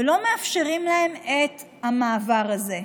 ולא מאפשרים להם את המעבר הזה,